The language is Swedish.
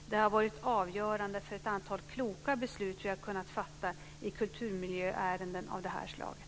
Det har varit avgörande för ett antal kloka beslut vi har kunnat fatta i kulturmiljöärenden av det här slaget.